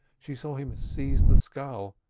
she saw him seize the scull,